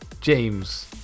James